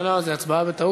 לא, לא, זאת הצבעה בטעות.